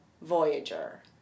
Voyager